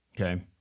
Okay